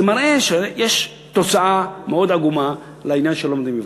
זה מראה שיש תוצאה מאוד עגומה לעניין שלא לומדים עברית.